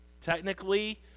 technically